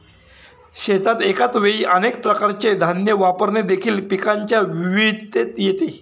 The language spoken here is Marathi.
शेतात एकाच वेळी अनेक प्रकारचे धान्य वापरणे देखील पिकांच्या विविधतेत येते